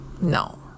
no